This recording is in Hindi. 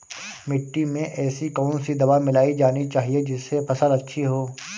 मिट्टी में ऐसी कौन सी दवा मिलाई जानी चाहिए जिससे फसल अच्छी हो?